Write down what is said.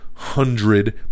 Hundred